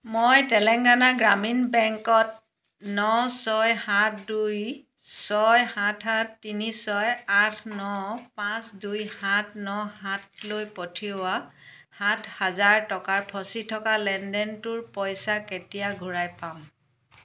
মই তেলেঙ্গানা গ্রামীণ বেংকত ন ছয় সাত দুই ছয় সাত সাত তিনি ছয় আঠ ন পাঁচ দুই সাত ন সাতলৈ পঠিওৱা সাত হাজাৰ টকাৰ ফচি থকা লেনদেনটোৰ পইচা কেতিয়া ঘূৰাই পাম